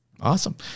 Awesome